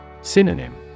Synonym